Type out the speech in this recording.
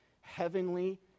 heavenly